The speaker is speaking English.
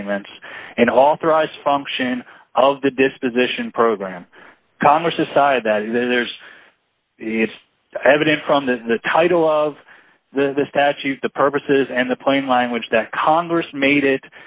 payments and authorize function of the disposition program congress side that there's it's evident from the title of the statute the purposes and the plain language that congress made it